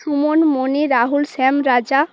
Suman Mani Rahul Shyam Raja